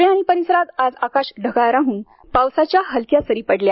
पुणे आणि परिसरात आज आकाश ढगाळ राहून पावसाच्या हलक्या सरी पडल्या